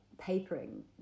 papering